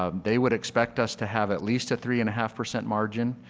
um they would expect us to have at least a three and a half percent margin.